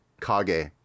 kage